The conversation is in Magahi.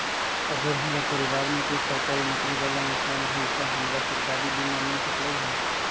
अगर हमरा परिवार में कोई सरकारी नौकरी बाला इंसान हई त हमरा सरकारी बीमा मिल सकलई ह?